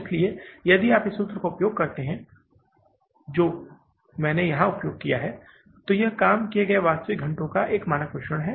इसलिए यदि आप इस सूत्र का उपयोग करते हैं जो मैंने यहां उपयोग किया है तो यह काम किए गए वास्तविक घंटों का मानक मिश्रण है